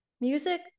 music